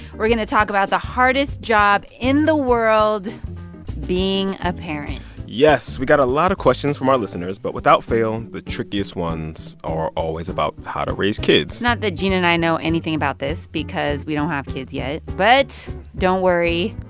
we're going to talk about the hardest job in the world being a parent yes. we got a lot of questions from our listeners. but without fail, the trickiest ones are always about how to raise kids not that gene and i know anything about this because we don't have kids yet. but don't worry.